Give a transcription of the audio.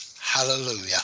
Hallelujah